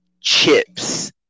chips